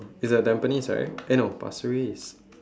it's at tampines right eh no pasir-ris